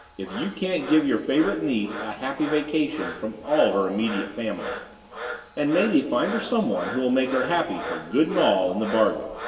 if you can't give your favorite niece a happy vacation from all her immediate family and maybe find her someone who'll make her happy for good and all in the bargain.